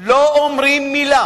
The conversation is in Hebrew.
לא אומרים מלה,